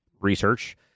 research